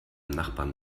nachbarn